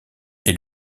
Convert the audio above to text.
est